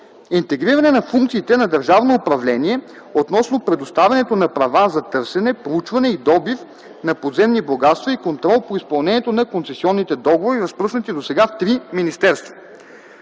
Интегриране на функциите на държавно управление относно предоставянето на права за търсене, проучване и добив на подземни богатства и контрол по изпълнението на концесионните договори, разпръснати досега в три министерства.